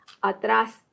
atrás